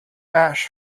ash